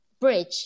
bridge